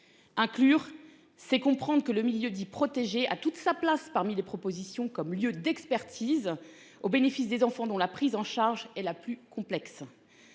Inclure c'est comprendre que le milieu dit protégé a toute sa place parmi les propositions comme lieu d'expertise au bénéfice des enfants dont la prise en charge et la plus complexe.